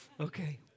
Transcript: Okay